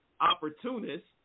opportunists